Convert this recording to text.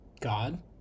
God